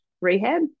rehab